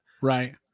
Right